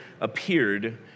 appeared